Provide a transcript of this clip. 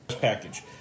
Package